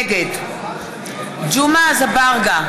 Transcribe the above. נגד ג'מעה אזברגה,